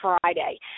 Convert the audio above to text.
Friday